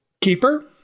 Keeper